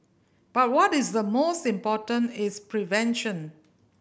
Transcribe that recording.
but what is the most important is prevention